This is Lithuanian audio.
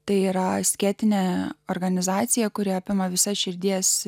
tai yra skėtinė organizacija kuri apima visas širdies